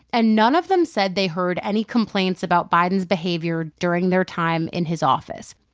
and none of them said they heard any complaints about biden's behavior during their time in his office.